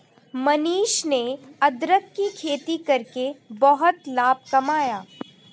मनीष ने अदरक की खेती करके बहुत लाभ कमाया